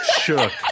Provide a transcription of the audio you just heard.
shook